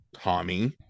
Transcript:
tommy